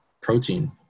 protein